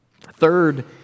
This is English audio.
Third